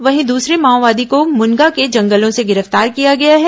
वहीं द्सरे माओवादी को मुनगा के जंगलों से गिरफ्तार किया गया है